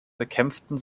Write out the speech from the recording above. bekämpften